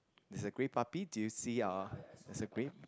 there's a grey puppy do you see uh there's a grey